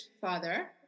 father